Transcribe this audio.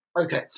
okay